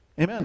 Amen